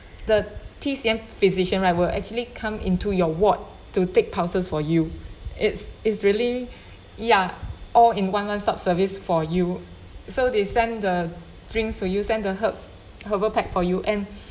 the T_C_M physician right will actually come into your ward to take pulses for you it's it's really ya all in one month stop service for you so they send the drinks to you send the herbs herbal pack for you and